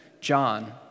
John